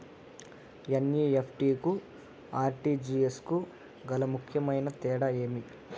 NEFT కు RTGS కు గల ముఖ్యమైన తేడా ఏమి?